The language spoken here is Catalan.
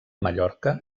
mallorca